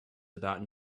about